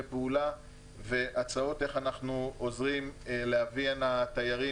פעולה והצעות איך אנחנו עוזרים להביא הנה תיירים,